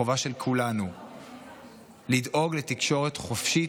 החובה של כולנו לדאוג לתקשורת חופשית,